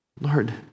Lord